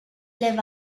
live